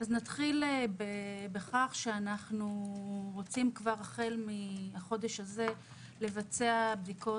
נתחיל בכך שאנחנו רוצים כבר החל מהחודש הזה לבצע בדיקות